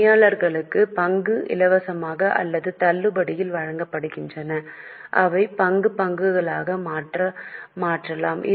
பணியாளர்களுக்கு பங்குகள் இலவசமாக அல்லது தள்ளுபடியில் வழங்கப்படுகின்றன அவை பங்கு பங்குகளாக மாற்றலாம்